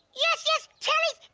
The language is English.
yes, yes telly's